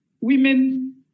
women